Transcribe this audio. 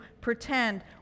pretend